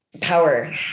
Power